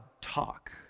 talk